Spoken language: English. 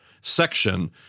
section